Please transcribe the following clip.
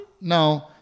No